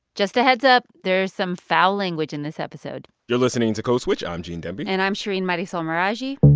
just a heads up, there's some foul language in this episode you're listening to code switch. i'm gene demby and i'm shereen marisol meraji